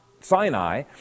Sinai